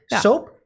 soap